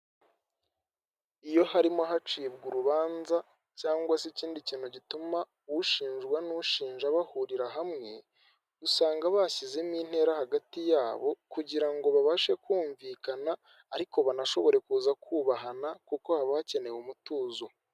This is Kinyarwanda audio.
Iyo harimo hacibwa urubanza cyangwa se ikindi kintu gituma ushinjwa n'ushinja bahurira hamwe, usanga bashyizemo intera hagati yabo kugira ngo babashe kumvikana ariko banashobore kuza kubahana kuko haba hakenewe umutuzo.